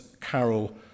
carol